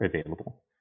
available